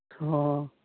ꯑꯣ